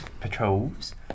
patrols